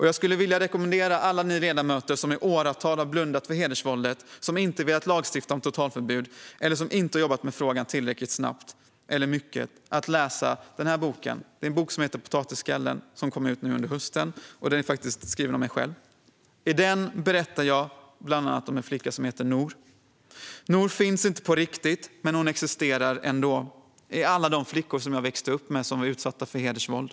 Jag skulle vilja rekommendera alla er ledamöter som i åratal har blundat för hedersvåldet, som inte velat lagstifta om totalförbud eller som inte har jobbat med frågan tillräckligt snabbt eller mycket att läsa min bok Potatisskallen som kom ut nu under hösten. Den är faktiskt skriven av mig själv. I boken berättar jag bland annat om en flicka som heter Noor. Noor finns inte på riktigt, men hon existerar ändå i alla de flickor som jag växte upp med som var utsatta för hedersvåld.